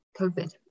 COVID